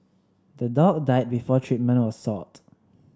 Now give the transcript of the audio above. the dog died before treatment was sought